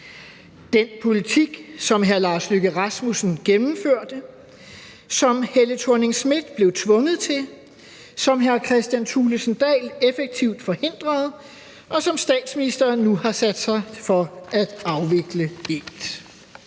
den politik, som hr. Lars Løkke Rasmussen gennemførte, som Helle Thorning-Schmidt blev tvunget til, som hr. Kristian Thulesen Dahl effektivt forhindrede, og som statsministeren nu har sat sig for at afvikle helt.